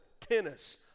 tennis